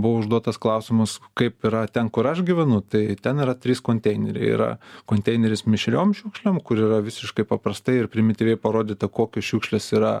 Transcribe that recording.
buvo užduotas klausimas kaip yra ten kur aš gyvenu tai ten yra trys konteineriai yra konteineris mišriom šiukšlėm kur yra visiškai paprastai ir primityviai parodyta kokios šiukšlės yra